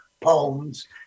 poems